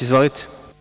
Izvolite.